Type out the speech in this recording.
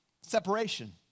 separation